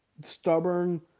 stubborn